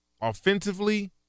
offensively